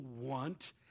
want